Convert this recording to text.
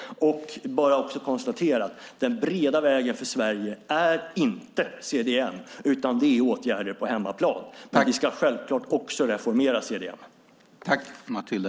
Jag kan bara också konstatera att den breda vägen för Sverige är inte CDM, utan det är åtgärder på hemmaplan. Men vi ska självklart också reformera CDM.